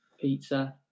pizza